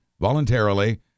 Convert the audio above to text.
voluntarily